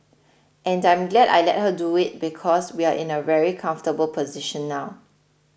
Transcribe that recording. and I'm glad I let her do it because we're in a very comfortable position now